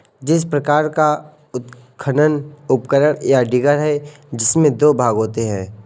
एक प्रकार का उत्खनन उपकरण, या डिगर है, जिसमें दो भाग होते है